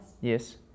Yes